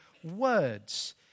words